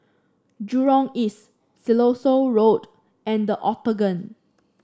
Jurong East Siloso Road and Octagon